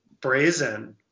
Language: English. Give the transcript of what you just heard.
Brazen